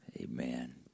Amen